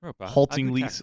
haltingly